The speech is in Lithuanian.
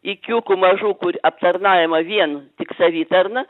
ikiukų mažų kur aptarnaujama vien tik savitarna